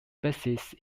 species